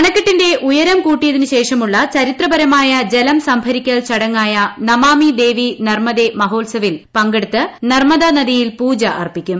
അണക്കെട്ടിന്റെ ഉയരം കൂട്ടിയതിനു ശേഷമുള്ളു ്ചരിത്രപരമായ ജലം സംഭരിക്കൽ ചടങ്ങായ നമാമി ദേവി നർമ്മ്ദ്രൂ മഹോത്സവിൽ പങ്കെടുത്ത് നർമ്മദാ നദിയിൽ പൂജ അർപ്പിക്കും